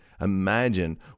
imagine